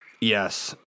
Yes